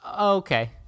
Okay